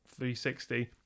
360